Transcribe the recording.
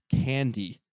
candy